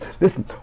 Listen